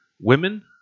women